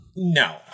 No